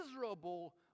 miserable